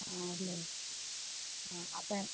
ആ അല്ലേ ആ അപ്പം